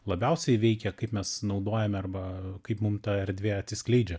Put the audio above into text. labiausiai veikia kaip mes naudojame arba kaip mum ta erdvė atsiskleidžia